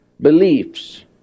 beliefs